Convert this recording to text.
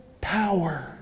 power